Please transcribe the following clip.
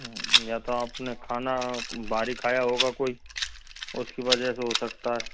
या तो आपने खाना बाहर ही खाया होगा कोई उसकी वजह से हो सकता है